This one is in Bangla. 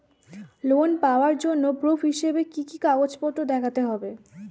লোন পাওয়ার জন্য প্রুফ হিসেবে কি কি কাগজপত্র দেখাতে হবে?